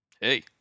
Hey